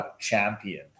champion